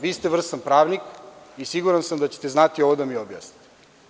Vi ste vrsan pravnik i siguran sam da ćete znati ovo da mi objasnite.